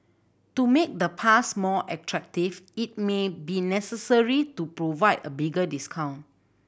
to make the pass more attractive it may be necessary to provide a bigger discount